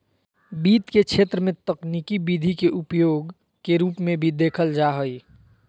वित्त के क्षेत्र में तकनीकी विधि के उपयोग के रूप में भी देखल जा हइ